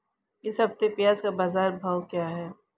इस हफ्ते प्याज़ का बाज़ार भाव क्या है?